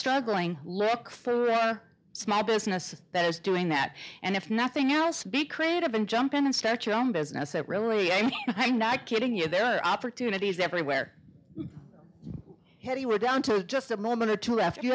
struggling left for a small business that is doing that and if nothing else be creative and jump in and start your own business that really i'm not kidding you there are opportunities everywhere have you were down to just a moment